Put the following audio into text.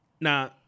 Now